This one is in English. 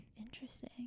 interesting